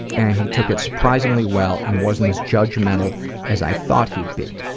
and he took it surprisingly well and wasn't as judgmental as i thought he'd be.